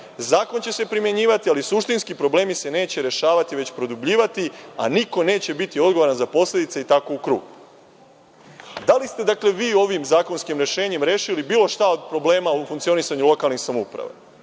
zakon će se primenjivati, ali suštinski problemi se neće rešavati, već produbljivati, a niko neće biti odgovoran za posledice i tako u krug. Dakle, da li ste vi ovim zakonskim rešenjem rešili bilo šta od problema u funkcionisanju lokalnih samouprava?